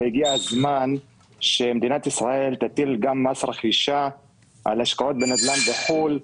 הגיע הזמן שמדינת ישראל תטיל מס רכישה על השקעות בנדל"ן בחו"ל.